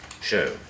show